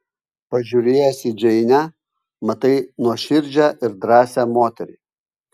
pažiūrėjęs į džeinę matai nuoširdžią ir drąsią moterį